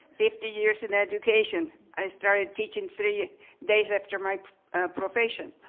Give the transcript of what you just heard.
fifty years in education, i started teaching three days after my profession.